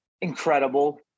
incredible